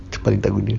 cepat tak boleh